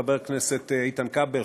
חבר כנסת איתן כבל,